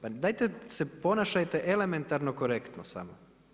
Pa dajte se ponašajte elementarno korektno samo.